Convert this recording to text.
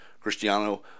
Cristiano